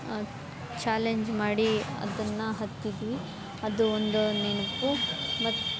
challenge ಮಾಡಿ ಅದನ್ನು ಹತ್ತಿದ್ವಿ ಅದು ಒಂದು ನೆನಪು ಮತ್ತು